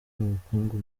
n’ubukungu